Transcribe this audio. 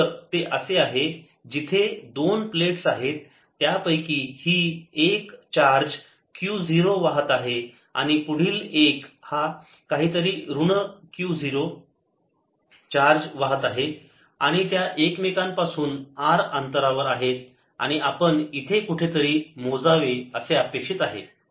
तर ते असे आहे तिथे दोन प्लेट्स आहेत त्यापैकी ही एक चार्ज Q 0 वाहत आहे आणि पुढील एक हा काहीतरी ऋण Q 0 चार्ज वाहत आहे आणि त्या एकमेकांपासून R अंतरावर आहेत आणि आपण इथे कुठेतरी मोजावे असे अपेक्षित आहे